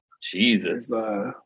Jesus